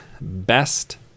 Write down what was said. Best